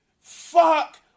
fuck